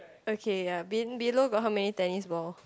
okay ya be~ below got how many tennis balls